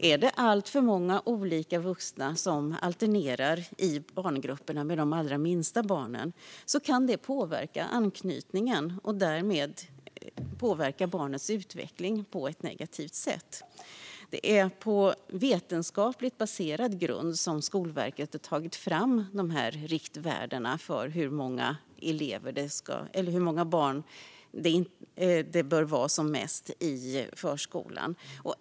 Är det alltför många olika vuxna som alternerar i grupperna med de allra minsta barnen kan det påverka anknytningen och därmed påverka barnets utveckling på ett negativt sätt. Det är på vetenskapligt baserad grund som Skolverket har tagit fram riktvärdena för hur många barn det som mest bör vara i grupper i förskolan.